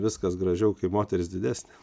viskas gražiau kai moteris didesnė